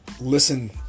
Listen